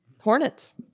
Hornets